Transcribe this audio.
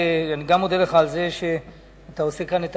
אני גם מודה לך על זה שאתה עושה כאן היום את